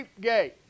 gate